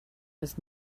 his